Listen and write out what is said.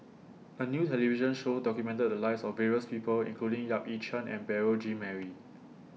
A New television Show documented The Lives of various People including Yap Ee Chian and Beurel Jean Marie